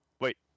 wait